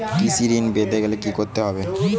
কৃষি ঋণ পেতে গেলে কি করতে হবে?